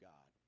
God